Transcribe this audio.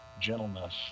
gentleness